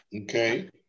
Okay